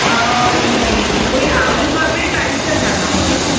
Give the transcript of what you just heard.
মানে ওই আলুকাবলির প্রাইসটা জানা হলো না